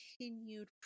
continued